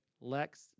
Lex